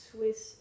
Swiss